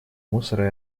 мусора